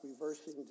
reversing